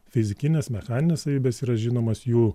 fizikinės mechaninės savybės yra žinomas jų